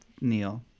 Neil